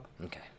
Okay